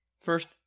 First